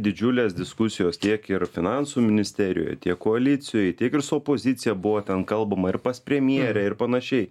didžiulės diskusijos tiek ir finansų ministerijoj tiek koalicijoj tiek ir su opozicija buvo ten kalbama ir pas premjerę ir panašiai